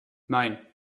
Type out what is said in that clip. nein